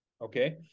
okay